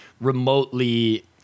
remotely